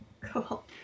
Cool